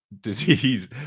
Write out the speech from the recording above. disease